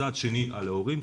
מצד שני על ההורים,